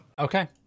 Okay